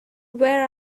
where